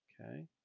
okay